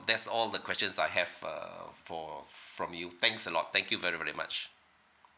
that's all the questions I have uh for from you thanks a lot thank you very very much